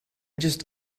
just